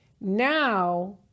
Now